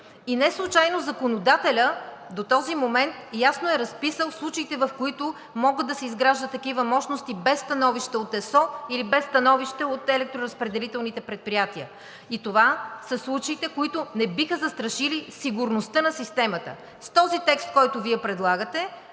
И неслучайно законодателят до този момент ясно е разписал случаите, в които могат да се изграждат такива мощности без становище от ЕСО, или без становище от електроразпределителните предприятия, и това са случаите, които не биха застрашили сигурността на системата. С този текст, който Вие предлагате,